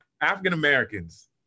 African-Americans